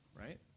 right